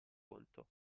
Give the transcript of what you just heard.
conto